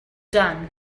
done